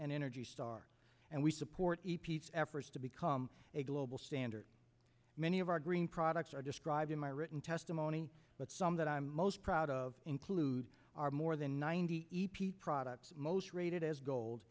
and energy star and we support the peace efforts to become a global standard many of our green products are described in my written testimony but some that i'm most proud of include our more than ninety e p products most rated as gold